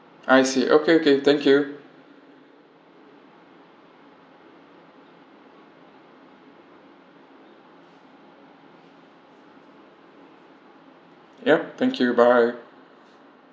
I see okay okay thank you yup thank you bye